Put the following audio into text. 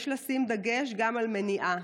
יש לשים דגש גם על מניעה,